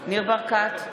ניר ברקת,